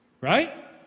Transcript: right